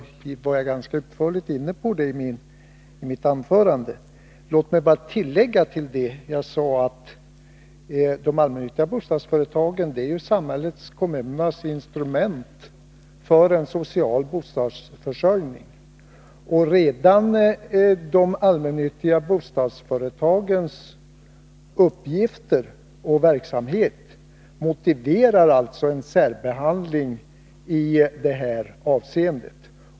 Jag var, ganska utförligt, inne på det i mitt anförande. Låt mig till det som jag då sade bara tillägga att de allmännyttiga bostadsföretagen är samhällets och kommunernas instrument för att uppnå en social bostadsförsörjning. Redan de allmännyttiga bostadsföretagens karaktär, uppgifter och verksamhet motiverar alltså en särbehandling i detta avseende.